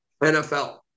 NFL